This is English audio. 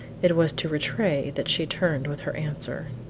it was to rattray that she turned with her answer.